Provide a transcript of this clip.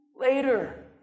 later